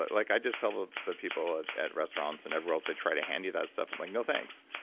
like i just tell the the people at at restaurants and everywhere else they try to hand you that stuff, i'm like, no thanks.